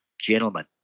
gentlemen